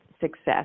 success